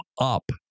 up